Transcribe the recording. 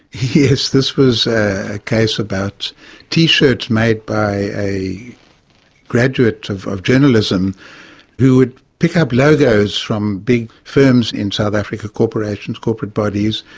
yes, this was a case about t-shirts made by a graduate of of journalism who would pick up logos from big firms in south africa, corporations, corporate bodies,